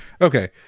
Okay